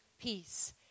peace